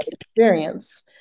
experience